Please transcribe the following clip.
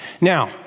Now